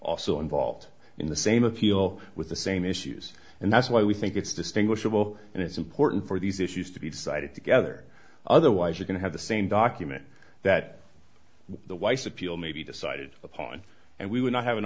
also involved in the same appeal with the same issues and that's why we think it's distinguishable and it's important for these issues to be decided together otherwise we're going to have the same document that the wife's appeal may be decided upon and we would not have an